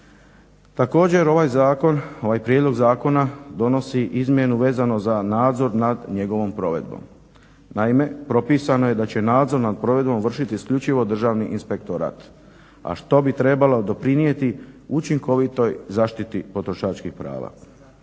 zakon ovaj prijedlog zakona donosi izmjenu vezano za nadzor nad njegovom provedbom. Naime, propisano je da će nadzor nad provedbom vršiti isključivo Državni inspektorat, a što bi trebalo doprinijeti učinkovitoj zaštiti potrošačkih prava.